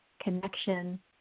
connection